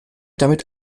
damit